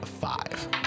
five